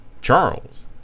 Charles